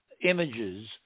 images